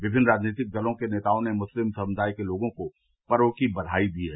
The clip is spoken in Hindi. विभिन्न राजनीतिक दलो के नेताओं ने मुस्लिम समुदाय के लोगों को पर्व की बघाई दी है